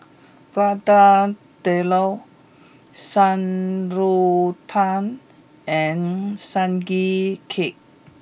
Prata Telur Shan Rui Tang and sugee cake